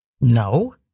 No